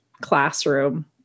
classroom